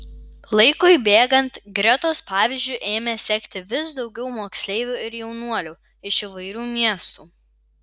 laikui bėgant gretos pavyzdžiu ėmė sekti vis daugiau moksleivių ir jaunuolių iš įvairių miestų